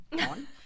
on